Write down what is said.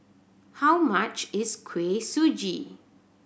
how much is Kuih Suji